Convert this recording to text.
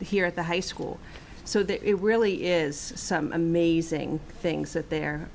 here at the high school so that it really is some amazing things that they're